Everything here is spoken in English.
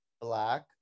black